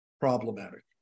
problematic